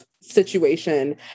Situation